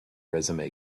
resume